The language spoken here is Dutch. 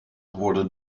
worden